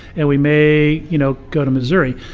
and we may, you know, go to missouri.